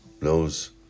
knows